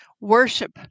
Worship